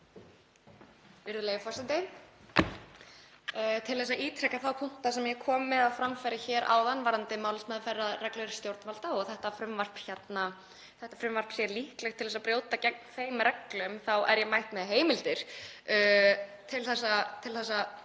Til þess að ítreka þá punkta sem ég kom á framfæri hér áðan varðandi málsmeðferðarreglur stjórnvalda og að þetta frumvarp sé líklegt til að brjóta gegn þeim reglum er ég mætt með heimildir